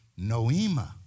noema